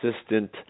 assistant